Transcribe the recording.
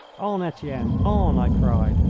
on, etienne, on! i cried.